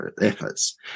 efforts